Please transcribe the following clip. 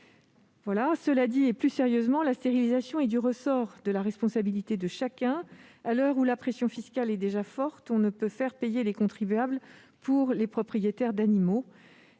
chats de France à leurs frais. La stérilisation est du ressort de la responsabilité de chacun. À l'heure où la pression fiscale est déjà forte, on ne peut faire payer les contribuables pour les propriétaires d'animaux.